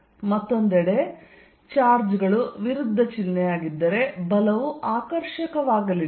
ಮತ್ತೊಂದೆಡೆ ಚಾರ್ಜ್ಗಳು ವಿರುದ್ಧ ಚಿಹ್ನೆಯಾಗಿದ್ದರೆ ಬಲವು ಆಕರ್ಷಕವಾಗಲಿದೆ